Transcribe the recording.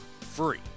Free